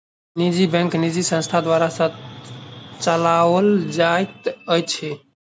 निजी बैंक निजी संस्था द्वारा चलौल जाइत अछि